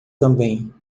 também